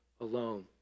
alone